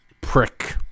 prick